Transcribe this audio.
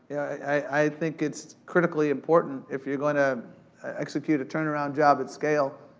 i think it's critically important if you're going to execute a turn-around job at scale,